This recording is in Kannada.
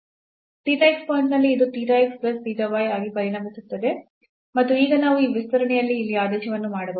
theta x ಪಾಯಿಂಟ್ನಲ್ಲಿ ಇದು theta x plus theta y ಆಗಿ ಪರಿಣಮಿಸುತ್ತದೆ ಮತ್ತು ಈಗ ನಾವು ಈ ವಿಸ್ತರಣೆಯಲ್ಲಿ ಇಲ್ಲಿ ಆದೇಶವನ್ನು ಮಾಡಬಹುದು